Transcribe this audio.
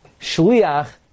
shliach